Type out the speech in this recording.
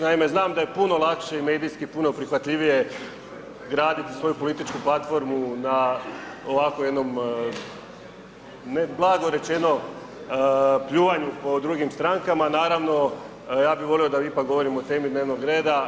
Naime znam da je puno lakše i medijski puno prihvatljivije graditi svoju političku platformu na ovako jednom ne blago rečenom pljuvanju po drugim strankama, naravno ja bih volio da ipak govorimo o temi dnevnog reda.